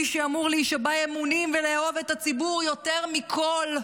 מי שאמור להישבע אמונים ולאהוב את הציבור יותר מכול,